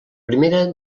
primera